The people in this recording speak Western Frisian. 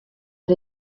der